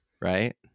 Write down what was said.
right